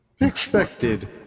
expected